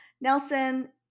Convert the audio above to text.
Nelson